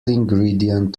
ingredient